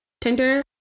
Tinder